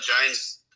Giants –